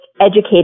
educated